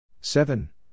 seven